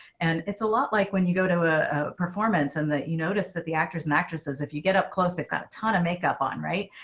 and it's a lot like when you go to a performance and you notice that the actors and actresses, if you get up close, they've got a ton of makeup on. right.